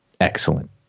excellent